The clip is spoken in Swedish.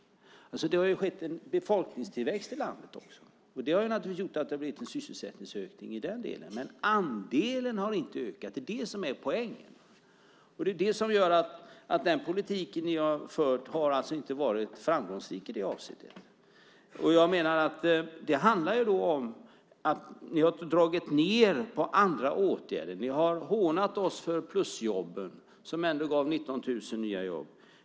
Det har också skett en befolkningstillväxt i landet, och det har naturligtvis gjort att det har blivit en sysselsättningsökning. Men andelen har inte ökat. Det är det som är poängen. Den politik som ni har fört har alltså inte varit framgångsrik i det avseendet. Ni har dragit ned på åtgärder. Ni har hånat oss för plusjobben, som ändå gav 19 000 nya jobb.